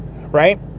right